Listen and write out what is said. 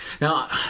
Now